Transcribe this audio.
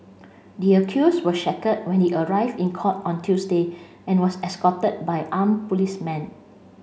the accused was shackled when he arrived in court on Tuesday and was escorted by arm policemen